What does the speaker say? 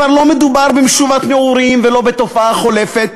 כבר לא מדובר במשובת נעורים ולא בתופעה חולפת.